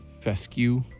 fescue